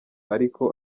ariko